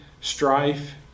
strife